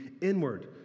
inward